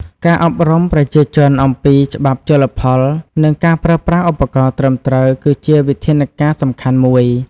ការអប់រំប្រជាជនអំពីច្បាប់ជលផល និងការប្រើប្រាស់ឧបករណ៍ត្រឹមត្រូវគឺជាវិធានការសំខាន់មួយ។